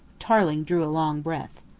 tarling drew a long breath.